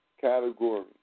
category